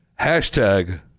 hashtag